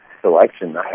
selection